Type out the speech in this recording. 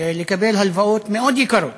לקבל הלוואות מאוד יקרות,